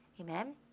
amen